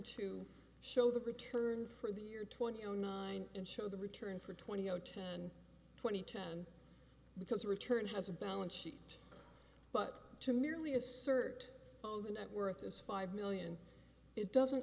to show the return for the year twenty zero nine and show the return for twenty zero ten twenty ten because the return has a balance sheet but to merely assert oh the net worth is five million it doesn't